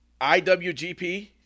iwgp